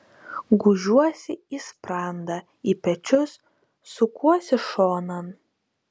gūžiuosi į sprandą į pečius sukuosi šonan